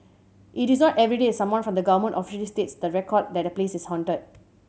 it is not everyday that someone from the government officially states the record that a place is haunted